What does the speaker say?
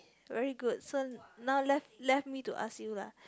very good so now let let me to ask you lah